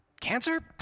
Cancer